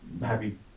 Happy